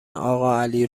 اقاعلی